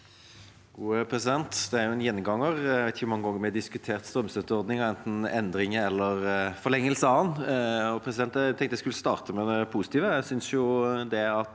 Dette er en gjenganger. Jeg vet ikke hvor mange ganger vi har diskutert strømstøtteordningen – enten endringer eller en forlengelse av den. Jeg tenkte jeg skulle starte med det positive. Jeg synes det at